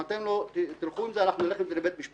אם אתם לא תלכו עם זה, אנחנו נלך עם זה לבית משפט.